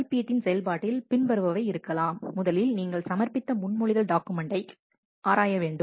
மதிப்பீட்டின் செயல்பாட்டில் பின்வருபவை இருக்கலாம் முதலில் நீங்கள் சமர்ப்பித்த முன்மொழிதல் டாக்குமென்ட்களை ஆராய வேண்டும்